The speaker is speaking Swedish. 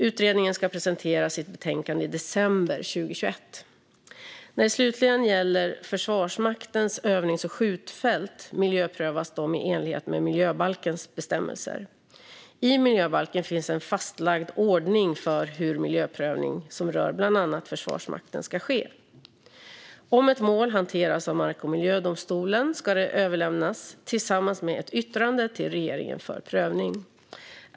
Utredningen ska presentera sitt betänkande i december 2021. När det slutligen gäller Försvarsmaktens övnings och skjutfält miljöprövas de i enlighet med miljöbalkens bestämmelser. I miljöbalken finns en fastlagd ordning för hur miljöprövning som rör bland annat Försvarsmakten ska ske. Om ett mål hanteras av mark och miljödomstolen ska det överlämnas tillsammans med ett yttrande till regeringen för prövning.